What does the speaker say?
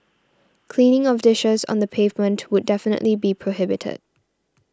cleaning of dishes on the pavement would definitely be prohibited